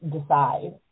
decide